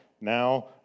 Now